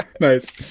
Nice